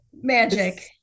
magic